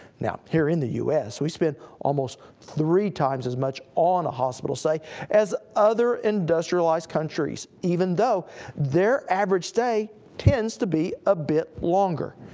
now, here in the u s, we spend almost three times as much on a hospital stay as other industrialized countries, even though their average stay tends to be a bit longer.